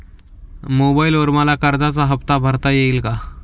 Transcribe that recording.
मोबाइलवर मला कर्जाचा हफ्ता भरता येईल का?